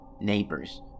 neighbors